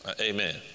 Amen